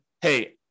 hey